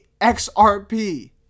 XRP